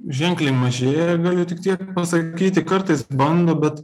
ženkliai mažėja galiu tik tiek pasakyti kartais bando bet